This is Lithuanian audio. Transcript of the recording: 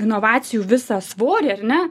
inovacijų visą svorį ar ne